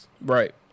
Right